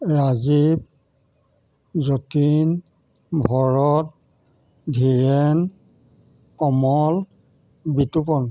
Rajiv Jatin Bharat Dhiren Kamal Bitupan